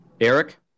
Eric